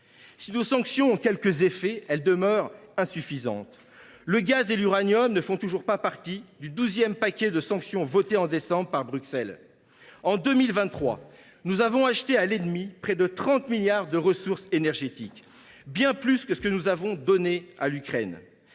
Si nos sanctions ont quelques effets, elles demeurent insuffisantes. Le gaz et l’uranium ne font toujours pas partie du douzième paquet de sanctions voté par Bruxelles en décembre 2023. Nous avons acheté à l’ennemi pour près de 30 milliards d’euros de ressources énergétiques, soit bien plus que ce que nous avons donné à l’Ukraine.